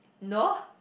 no